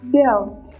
Built